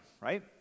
right